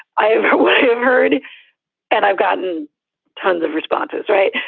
i've heard and i've gotten tons of responses. right.